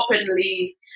openly